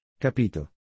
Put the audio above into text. Capito